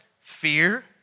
fear